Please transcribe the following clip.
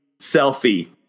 selfie